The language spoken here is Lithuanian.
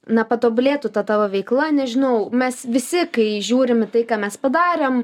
na patobulėtų ta tavo veikla nežinau mes visi kai žiūrim į tai ką mes padarėm